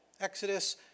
Exodus